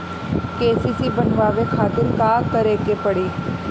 KCC बनवावे खातिर का करे के पड़ी?